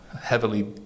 heavily